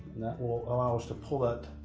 that will allow us to pull that